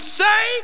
say